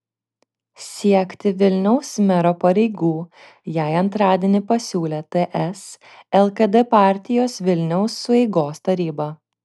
siekti vilniaus mero pareigų jai antradienį pasiūlė ts lkd partijos vilniaus sueigos taryba